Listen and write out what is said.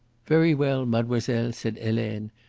very well, mademoiselle, said helene.